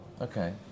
Okay